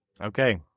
Okay